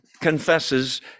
confesses